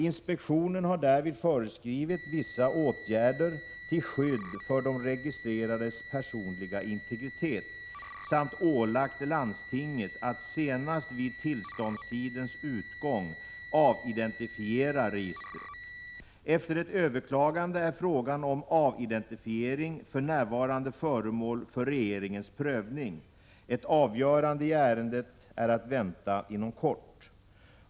Inspektionen har därvid föreskrivit vissa åtgärder till skydd för de registrerades personliga integritet samt ålagt landstinget att senast vid tillståndstidens utgång avidentifiera registret. Efter ett överklagande är frågan om avidentifiering för närvarande föremål för regeringens prövning. Ett avgörande i ärendet är att vänta inom kort.